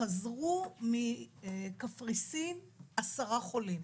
חזרו מקפריסין עשרה חולים,